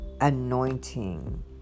anointing